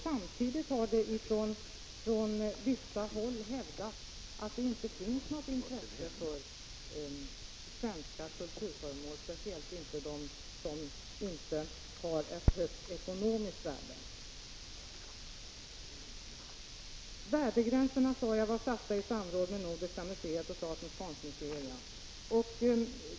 Samtidigt har man nämligen på vissa håll hävdat att det inte finns något intresse för svenska kulturföremål, speciellt inte för sådana som inte har ett högt ekonomiskt värde. Jag sade att värdegränserna var satta i samråd med Nordiska museet och statens konstmuseer.